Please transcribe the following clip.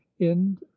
End